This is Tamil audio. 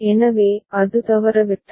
எனவே அது தவறவிட்டது